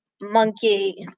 monkey